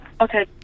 Okay